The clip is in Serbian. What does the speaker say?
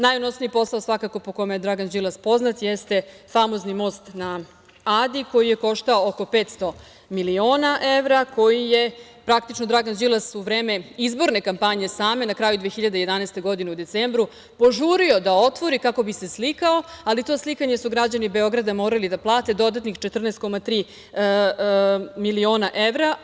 Najunosniji posao svakako po kome je Dragan Đilas poznat jeste famozni most na Adi koji je koštao oko 500 miliona evra, koji je praktično Dragan Đilas u vreme izborne kampanje same, na kraju 2011. godine u decembru požurio da otvori kako bi se slikao, ali to slikanje su građani Beograda morali da plate dodatnih 14,3 miliona evra.